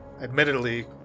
admittedly